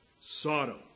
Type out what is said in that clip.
Sodom